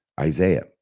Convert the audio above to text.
Isaiah